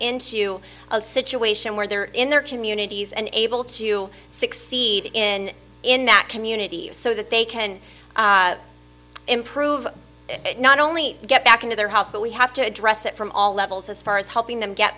into a situation where they're in their communities and able to succeed in in that community so that they can improve not only get back into their house but we have to address it from all levels as far as helping them get